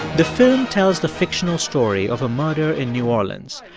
the film tells the fictional story of a murder in new orleans.